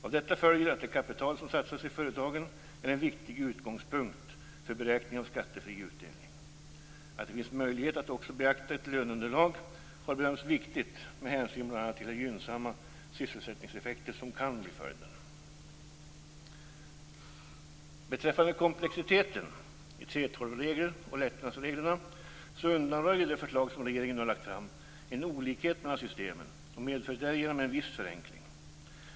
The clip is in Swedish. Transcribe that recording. Av detta följer att det kapital som satsas i företagen är en viktig utgångspunkt för beräkning av skattefri utdelning. Att det finns möjlighet att också beakta ett löneunderlag har bedömts viktigt med hänsyn bl.a. till de gynnsamma sysselsättningseffekter som kan bli följden. Beträffande komplexiteten i 3:12-reglerna och lättnadsreglerna undanröjer det förslag som regeringen nu har lagt fram en olikhet mellan systemen och medför därigenom en viss förenkling.